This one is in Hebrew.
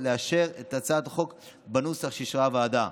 ולאשר את הצעת החוק בנוסח שאישרה הוועדה.